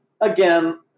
again